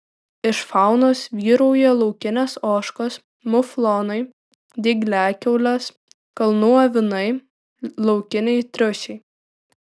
iš faunos vyrauja laukinės ožkos muflonai dygliakiaulės kalnų avinai laukiniai triušiai